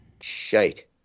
Shite